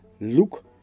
look